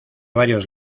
varios